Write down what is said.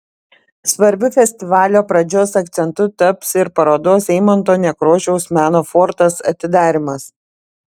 svarbiu festivalio pradžios akcentu taps ir parodos eimunto nekrošiaus meno fortas atidarymas